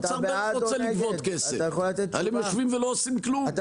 האוצר בטח רוצה לגבות כסף אבל הם יושבים ולא עושים כלום.